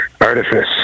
artifice